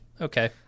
okay